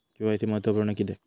KYC महत्त्वपुर्ण किद्याक?